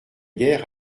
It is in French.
guère